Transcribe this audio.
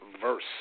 verse